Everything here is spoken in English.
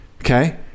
okay